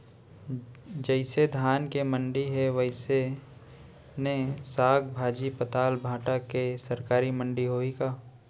जइसे धान के मंडी हे, वइसने साग, भाजी, पताल, भाटा के सरकारी मंडी होही का?